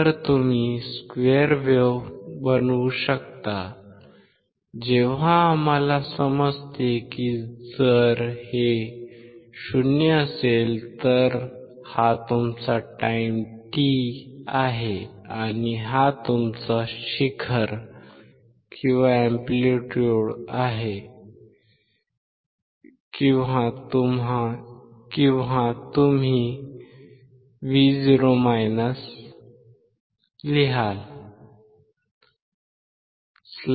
तर तुम्ही square wave बनवू शकता जेव्हा आम्हाला समजते की जर हे 0 असेल तर हा तुमचा टाईम t आहे आणि हा तुमचा शिखर आहे किंवा तुम्ही V0 लिहाल